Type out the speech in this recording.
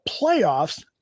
playoffs